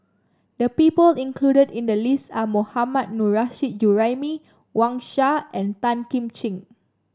the people included in the list are Mohammad Nurrasyid Juraimi Wang Sha and Tan Kim Ching